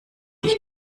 ich